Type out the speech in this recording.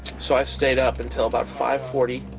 so i stayed up until about five forty,